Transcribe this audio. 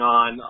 on